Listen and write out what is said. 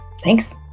Thanks